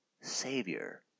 Savior